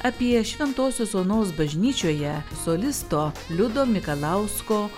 apie šventosios onos bažnyčioje solisto liudo mikalausko